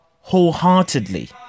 wholeheartedly